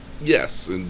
Yes